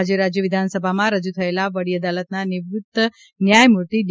આજે રાજ્ય વિધાનસભામાં રજુ થયેલા વડી અદાલતના નિવૃત્ત ન્યાયમૂર્તિ ડી